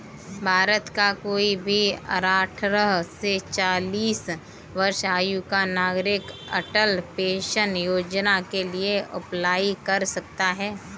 भारत का कोई भी अठारह से चालीस वर्ष आयु का नागरिक अटल पेंशन योजना के लिए अप्लाई कर सकता है